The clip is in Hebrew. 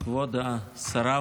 כבוד השרה,